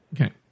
Okay